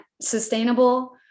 sustainable